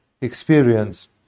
experience